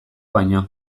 baino